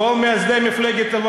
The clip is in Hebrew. תודה.